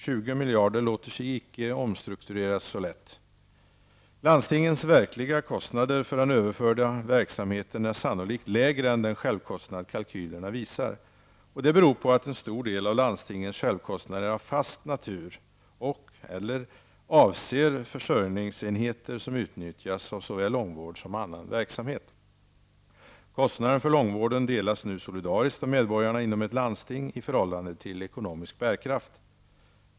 20 miljarder låter sig inte omstruktureras så lätt! Landstingens verkliga kostnader för den överförda verksamheten är sannolikt lägre än den självkostnad kalkylerna visar. Det beror på att en stor del av landstingens självkostnader är av fast natur och/eller avser försörjningsenheter som utnyttjas av såväl långvård som annan verksamhet. Kostnaderna för långvården delas nu solidariskt av medborgarna inom ett landsting i förhållande till ekonomisk bärkraft.